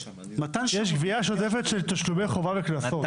יש גבייה שוטפת של תשלומי חובה וקנסות.